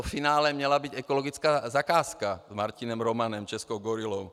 Finále měla být ekologická zakázka s Martinem Romanem, českou gorilou.